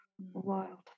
wild